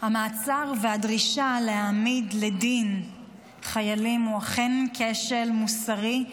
המעצר והדרישה להעמיד לדין חיילים הוא אכן כשל מוסרי,